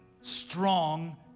strong